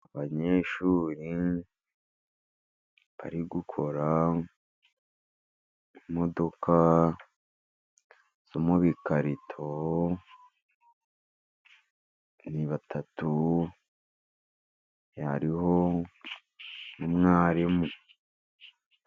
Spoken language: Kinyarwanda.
Abanyeshuri bari gukora imodoka zo mu bikarito, ni batatu hariho umwarimu.